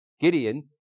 Gideon